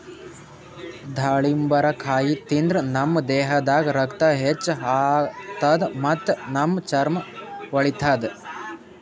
ದಾಳಿಂಬರಕಾಯಿ ತಿಂದ್ರ್ ನಮ್ ದೇಹದಾಗ್ ರಕ್ತ ಹೆಚ್ಚ್ ಆತದ್ ಮತ್ತ್ ನಮ್ ಚರ್ಮಾ ಹೊಳಿತದ್